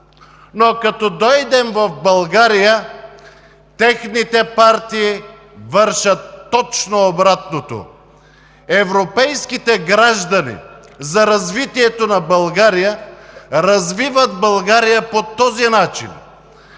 но като дойдем в България, техните партии вършат точно обратното. Европейските граждани за развитието на България развиват България по този начин,